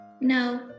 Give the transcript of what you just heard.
No